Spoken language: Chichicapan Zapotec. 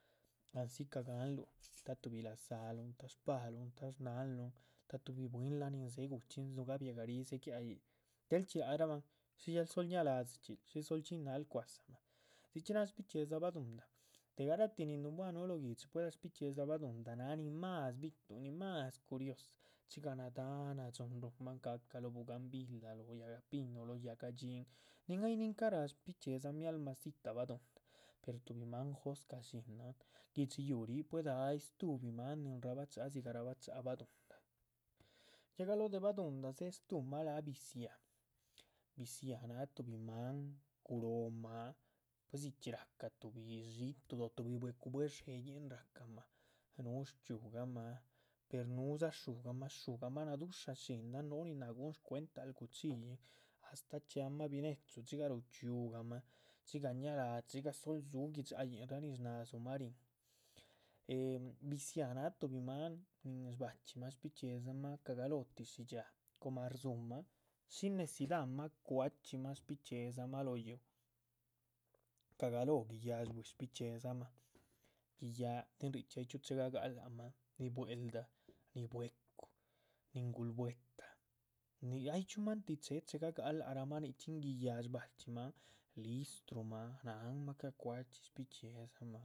Andzi ca´gahanluh tuhbi laza´luhun ta´shpaluhun ta´shnahanluhn ta´tuhbi bwínlahan nin dzehe guchxín dzu´ gabiahgarih dzegiah yíc, del chxí lác rahbahn. shí yal sol ña´ladzichxil, shí sol chxinla luh cuadzabah, dzichxí náha shbichiezah baduhunda, de garatih nin nun buhuan núh loh guihdxi pueda shbichiezah. baduhunda náh nin más bituhun nin más curiosa dxiga nadáh nadxúhn ruhunmahn ca´cah lóh bugambilah lóh yáhga pinu lóh yáhga dhxín, nin ay nihin ca´rah shbichiezah. mialma dzitah baduhunda, per tuhbi maan jóscah shínahn guihdxi yuuh pueda ay stuhbbi máan nin rabacha´ha dzigah rabacha´ha baduhunda, ya galóh de baduhunda dzéhe. stuhma láha biziáha, biziáha náh tuhbi máan guróh mah pues dzichxí rahca tuhbi xiitu o tuhbi bwecu buedxeyíhn racahma, nuh shchxíugahm, per nu´dza shu´gahma, shu´gahma. nashusha shínahan núh nin náha guhun shcuentaluh guchíllihn astáh chxiamah binechu dxigah ruchxiugahma, dzigah ñala´ dxigah sol dzú gui´dxayinrah nin shnadzumah. ríhin, eh biziáha náh tuhbi máan nin shbachxímah bichxíedzamah cagalóho ti´shi dxhía, coma rdzu´mah shí necidamah cuachximah shbichxíedzamah loh yuuh, cagaloho giyáh shbui. shbichxíedzamah giyáha tin richxí ay chxíu che ga´gal lác mah ni bwel’da ni bwecu nin ngulbwe´ta ni ay chxí máhan tih che´he gah gal lác rahma nichxí guiyáha shbachximahan. listrumah náhanma ca´cuachxí shbichxíedzamah